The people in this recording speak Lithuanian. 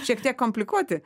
šiek tiek komplikuoti